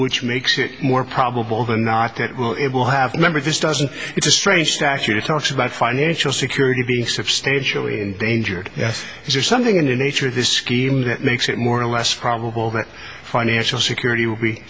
which makes it more probable than not it will it will have remembered this doesn't it's a strange statute it talks about financial security being substantially endangered yes is there something in the nature of this scheme that makes it more or less probable that financial security will be